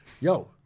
yo